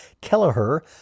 Kelleher